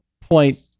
point